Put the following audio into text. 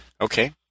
Okay